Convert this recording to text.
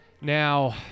now –